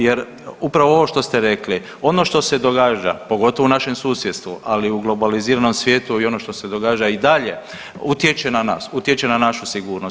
Jer upravo ovo što ste rekli, ono što se događa pogotovo u našem susjedstvu, ali i u globaliziranom svijetu i ono što se događa i dalje utječe na nas, utječe na našu sigurnost.